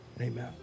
Amen